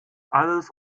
alles